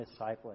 Discipling